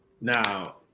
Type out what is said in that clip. Now